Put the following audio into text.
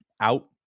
out